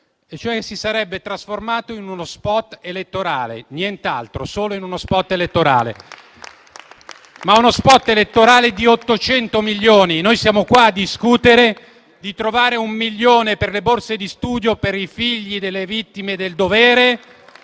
si sarebbe trasformato in uno *spot* elettorale e nient'altro: solo in uno *spot* elettorale, ma uno *spot* elettorale di 800 milioni. Noi siamo qua a discutere di trovare un milione di euro per le borse di studio per i figli delle vittime del dovere.